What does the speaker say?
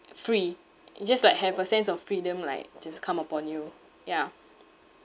free you just like have a sense of freedom like just come upon you ya